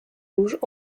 rouges